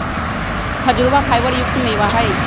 खजूरवा फाइबर युक्त मेवा हई